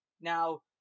Now